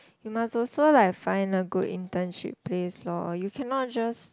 you must also like find a good internship place loh you cannot just